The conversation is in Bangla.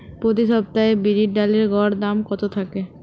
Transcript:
প্রতি সপ্তাহে বিরির ডালের গড় দাম কত থাকে?